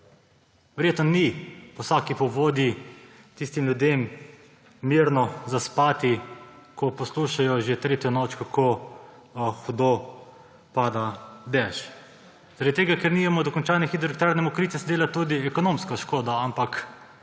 Verjetno ni po vsaki povodnji tistim ljudem mirno zaspati, ko poslušajo že tretjo noč, kako hudo pada dež, zaradi tega, ker nimamo dokončane hidroelektrarne Mokrice, se dela tudi ekonomska škoda. Ampak